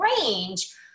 range